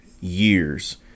years